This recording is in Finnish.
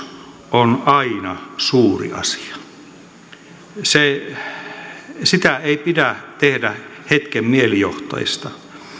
on aina suuri asia sitä ei pidä tehdä hetken mielijohteesta